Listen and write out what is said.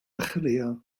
chrio